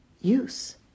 use